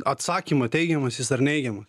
atsakymą teigiamas jis ar neigiamas